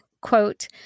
Quote